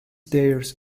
theirs